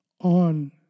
on